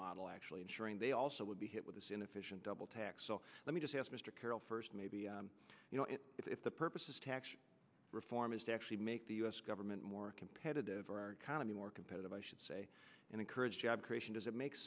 model actually ensuring they also would be hit with this inefficient double tax so let me just ask mr carroll first maybe you know if the purpose of reform is to actually make the u s government more competitive or our economy more competitive i should say encourage job creation does it make